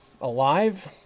alive